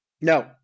No